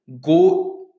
go